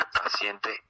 paciente